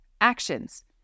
Actions